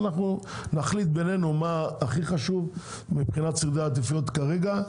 ואנחנו נחליט בינינו מה הכי חשוב מבחינת סדרי העדיפויות כרגע.